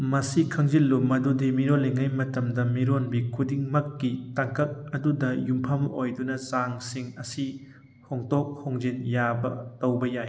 ꯃꯁꯤ ꯈꯪꯖꯤꯜꯂꯨ ꯃꯗꯨꯗꯤ ꯃꯤꯔꯣꯂꯤꯡꯉꯩ ꯃꯇꯝꯗ ꯃꯤꯔꯣꯟꯕꯤ ꯈꯨꯗꯤꯡꯃꯛꯀꯤ ꯇꯥꯡꯀꯛ ꯑꯗꯨꯗ ꯌꯨꯝꯐꯝ ꯑꯣꯏꯗꯨꯅ ꯆꯥꯡ ꯁꯤꯡ ꯑꯁꯤ ꯍꯣꯡꯗꯣꯛ ꯍꯣꯡꯖꯤꯟ ꯌꯥꯕ ꯇꯧꯕ ꯌꯥꯏ